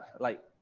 like,